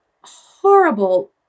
horrible